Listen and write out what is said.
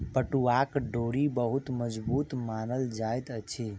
पटुआक डोरी बहुत मजबूत मानल जाइत अछि